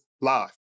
live